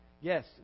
Yes